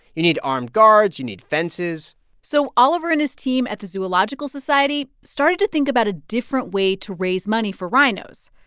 you need armed guards. you need fences so oliver and his team at the zoological society started to think about a different way to raise money for rhinos.